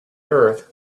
earth